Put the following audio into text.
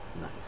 Nice